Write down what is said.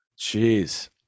Jeez